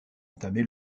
entamé